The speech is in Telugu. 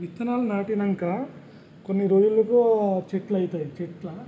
విత్తనాలు నాటినంక కొన్ని రోజులోపు చెట్లు అయితాయి చెట్లా